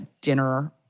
dinner